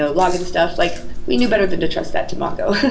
ah login stuff. like we knew better than to trust that to mongo.